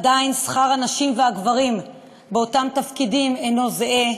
עדיין שכר הנשים והגברים באותם תפקידים אינו זהה.